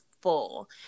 full